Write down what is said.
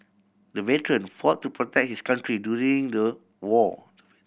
the veteran fought to protect his country during the war